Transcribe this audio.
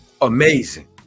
amazing